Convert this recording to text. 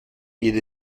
geht